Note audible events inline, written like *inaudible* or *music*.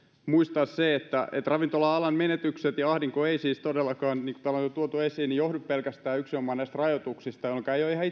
muistaa se että ravintola alan menetykset ja ahdinko eivät siis todellakaan niin kuin täällä on jo tuotu esiin johdu pelkästään yksinomaan näistä rajoituksista jolloinka ei ole ihan *unintelligible*